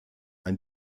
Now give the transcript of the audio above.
ein